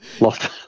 lost